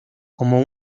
como